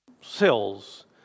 cells